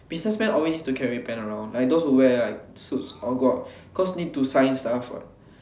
businessman always need to carry pen around like those wear like suit all go out cause need to sign stuff what